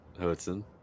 Hudson